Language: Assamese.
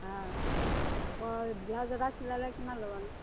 অ আকৌ ব্লাউজ এটা চিলালে কিমান ল'বানো